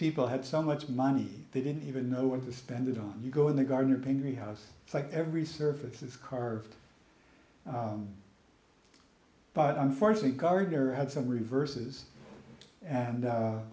people had so much money they didn't even know what to spend it on you go in the garden or painting the house it's like every surface is carved but unfortunately gardner had some reverses and